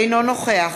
אינו נוכח